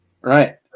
Right